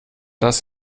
das